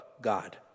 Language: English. God